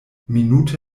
minute